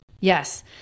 Yes